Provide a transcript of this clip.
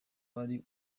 wari